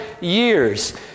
years